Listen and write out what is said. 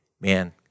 Man